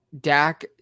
Dak